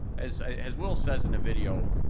as ah as will says in the video,